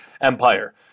Empire